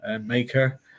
maker